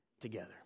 together